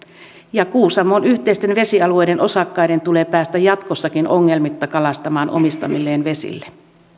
ja kuusamon yhteisten vesialueiden osakkaiden tulee päästä jatkossakin ongelmitta kalastamaan omistamilleen vesille